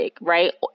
right